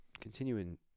continuing